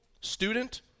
student